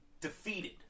defeated